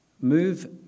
move